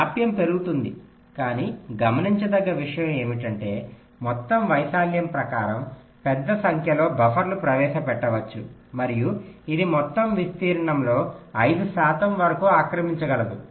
జాప్యం పెరుగుతుంది కాని గమనించదగ్గ విషయం ఏమిటంటే మొత్తం వైశాల్యం ప్రకారం పెద్ద సంఖ్యలో బఫర్లు ప్రవేశపెట్టవచ్చు మరియు ఇది మొత్తం విస్తీర్ణంలో 5 శాతం వరకు ఆక్రమించగలదు